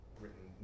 written